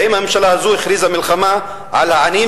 והאם הממשלה הזאת הכריזה מלחמה על העניים